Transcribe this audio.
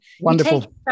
wonderful